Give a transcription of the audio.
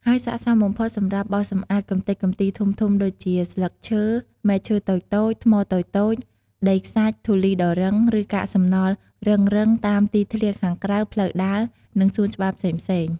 ហើយស័ក្តិសមបំផុតសម្រាប់បោសសម្អាតកម្ទេចកំទីធំៗដូចជា ស្លឹកឈើ មែកឈើតូចៗ ថ្មតូចៗ ដីខ្សាច់ ធូលីដីរឹង ឬកាកសំណល់រឹងៗ តាមទីធ្លាខាងក្រៅ ផ្លូវដើរ និងសួនច្បារផ្សេងៗ។